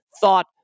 thought